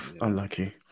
Unlucky